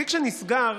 התיק שנסגר